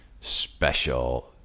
special